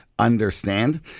understand